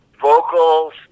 vocals